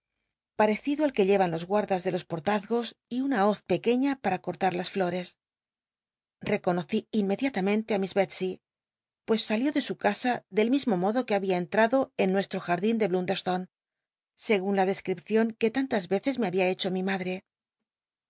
pateddo al r uc llevan los gu w das de los pot'lazgos y una hoz pcquclia para rottar las llores reconocí inmediatamente i miss bclscy pues salió de su casa del mismo modo que babia cnltado en nncslt'o jardín de dlundcrstonc segun la dcscripcion que tantas vece me babia hecho mi madre